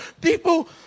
people